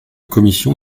commission